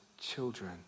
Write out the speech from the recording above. children